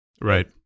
Right